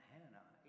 Hannah